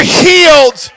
healed